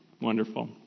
wonderful